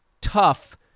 tough